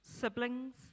siblings